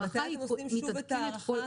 מתי אתם עושים שוב את ההערכה הזו?